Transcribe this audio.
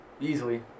Easily